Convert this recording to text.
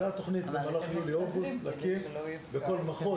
זו התוכנית: במהלך יולי-אוגוסט להקים בכל מחוז,